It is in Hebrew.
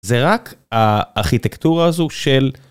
זה רק הארכיטקטורה הזו של...